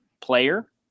player